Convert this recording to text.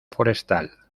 forestal